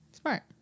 SMART